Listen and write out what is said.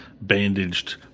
bandaged